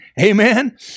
Amen